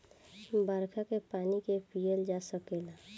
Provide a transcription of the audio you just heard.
बरखा के पानी के पिअल जा सकेला